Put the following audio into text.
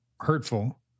hurtful